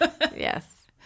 Yes